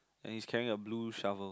and he is carrying a blue shovel